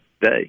day